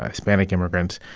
hispanic immigrants.